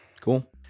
Cool